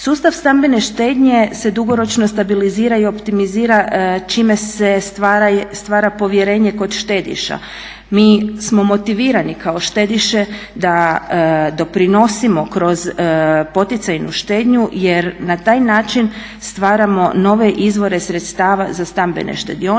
Sustav stambene štednje se dugoročno stabilizira i optimizira čime se stvara povjerenje kod štediša. Mi smo motivirani kao štediše da doprinosimo kroz poticajnu štednju, jer na taj način stvaramo nove izvore sredstava za stambene štedionice.